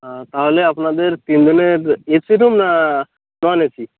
ও তাহলে আপনাদের তিনজনের এসি রুম না নন এসি